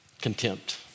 Contempt